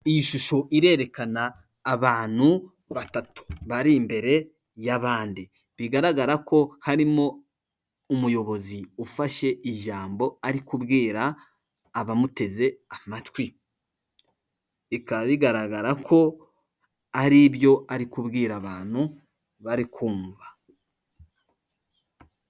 Iyi shusho irerekana abantu batatu bari imbere y'abandi, bigaragara ko harimo umuyobozi ufashe ijambo ari kubwira abamuteze amatwi, bikaba bigaragara ko ari ibyo ari kubwira abantu bari kumva.